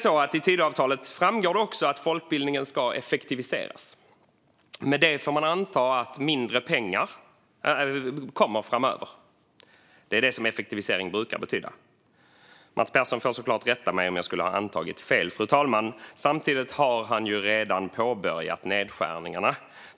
I Tidöavtalet framgår det att folkbildningen ska effektiviseras. Med det får man anta att det blir mindre pengar framöver - det är det effektivisering brukar betyda. Mats Persson får såklart rätta mig om jag skulle ha antagit fel. Fru talman! Samtidigt har han ju redan påbörjat nedskärningarna.